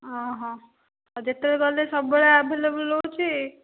ଆଉ ଯେତେବେଳେ ଗଲେ ସବୁବେଳେ ଆଭେଲେବୁଲ୍ ରହୁଛି